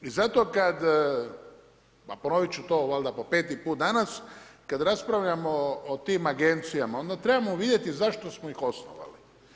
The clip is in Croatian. I zato kad, a ponovit ću to valjda po peti put danas, kad raspravljamo o tim agencijama, onda trebamo vidjeti zašto smo ih osnovali.